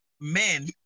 men